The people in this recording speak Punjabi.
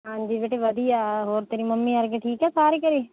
ਹਾਂਜੀ ਬੇਟੇ ਵਧੀਆ ਹੋਰ ਤੇਰੀ ਮੰਮੀ ਵਰਗੇ ਠੀਕ ਹੈ ਸਾਰੀ ਘਰ